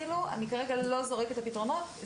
אני כרגע לא זורקת את הפתרונות.